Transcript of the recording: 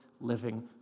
living